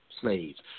slaves